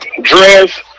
dress